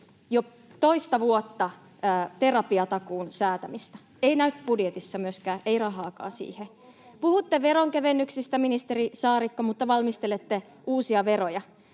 jo toista vuotta terapiatakuun säätämistä — ei näy budjetissa myöskään, ei rahaakaan siihen. [Pia Viitasen välihuuto] Puhutte veronkevennyksistä, ministeri Saarikko, mutta valmistelette uusia veroja.